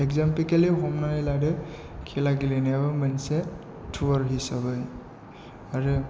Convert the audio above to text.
example हमनानै लादो खेला गेलेनायाबो मोनसे टुवर हिसाबै आरो